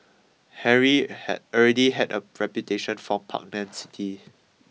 Harry had already had a reputation for pugnacity